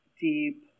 deep